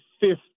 fifth